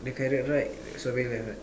the carrot right